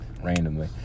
randomly